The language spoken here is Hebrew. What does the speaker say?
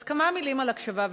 אז כמה מלים על הקשבה וצדק: